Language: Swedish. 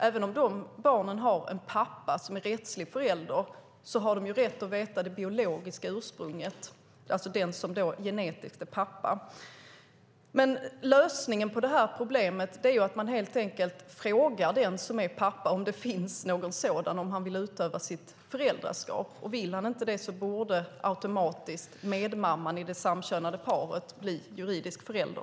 Även om barnen har en pappa som är rättslig förälder har de rätt att få veta sitt biologiska ursprung, alltså vem som genetiskt är pappa. Lösningen på problemet är att man helt enkelt frågar den som är pappa om han vill utöva sitt föräldraskap. Vill han inte det borde medmamman i det samkönade paret automatiskt bli juridisk förälder.